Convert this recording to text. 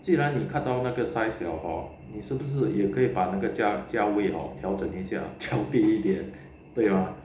既然你看到那个 size 了 hor 你是不是也可以把那个价位调整一下调低一点对吗